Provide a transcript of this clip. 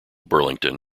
burlington